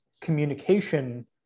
communication